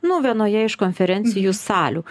nu vienoje iš konferencijų salių